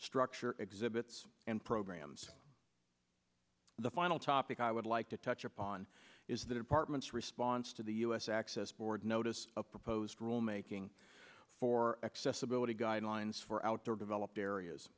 structure exhibits and programs the final topic i would like to touch upon is the department's response to the us access board notice of proposed rule making for accessibility guidelines for outdoor developed areas